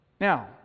Now